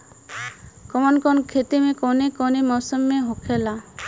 कवन कवन खेती कउने कउने मौसम में होखेला?